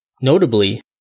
Notably